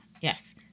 yes